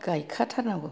गाइखा थारनांगौ